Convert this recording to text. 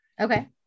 Okay